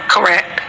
Correct